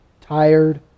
tired